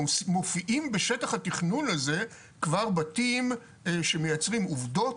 מופעים בשטח התכנון הזה כבר בתים שמיצרים עובדות